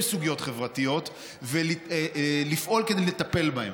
סוגיות חברתיות ולפעול כדי לטפל בהן.